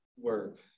work